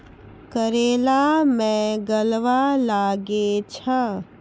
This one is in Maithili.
करेला मैं गलवा लागे छ?